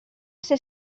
ser